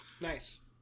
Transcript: Nice